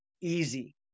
easy